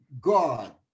god